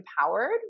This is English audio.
empowered